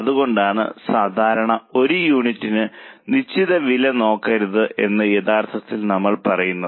അതുകൊണ്ടാണ് സാധാരണ ഒരു യൂണിറ്റിന് നിശ്ചിത വില നോക്കരുത് എന്ന് യഥാർത്ഥത്തിൽ നമ്മൾ പറയുന്നത്